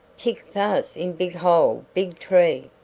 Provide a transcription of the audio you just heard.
tick fass in big hole big tree.